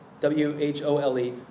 W-H-O-L-E